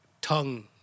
tongue